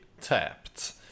tapped